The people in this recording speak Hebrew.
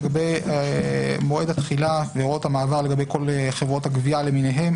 לגבי מועד התחילה והוראות המעבר לגבי כל גופי הגבייה למיניהם,